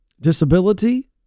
disability